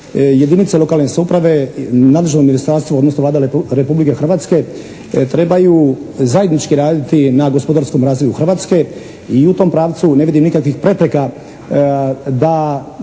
jedinice lokalne samouprave, nadležno ministarstvo, odnosno Vlada Republike Hrvatske trebaju zajednički raditi na gospodarskom razvoju Hrvatske i u tom pravcu ne vidim nikakvih prepreka da